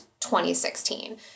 2016